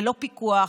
ללא פיקוח,